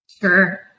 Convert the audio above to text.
Sure